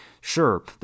Sure